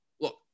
Look